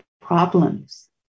problems